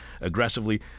Aggressively